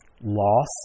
Loss